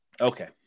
Okay